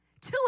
two